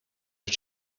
but